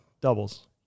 doubles